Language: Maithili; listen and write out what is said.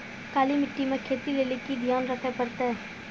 काली मिट्टी मे खेती लेली की ध्यान रखे परतै?